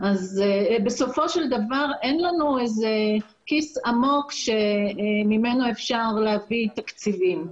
בסופו של דבר אין לנו איזה כיס עמוק ממנו אפשר להביא תקציבים.